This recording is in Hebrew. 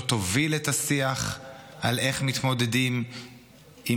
לא תוביל את השיח על איך מתמודדים עם